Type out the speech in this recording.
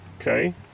okay